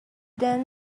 then